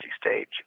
stage